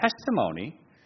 testimony